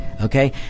Okay